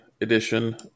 edition